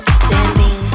standing